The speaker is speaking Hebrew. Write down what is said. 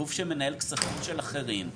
גוף שמנהל כספים של אחרים,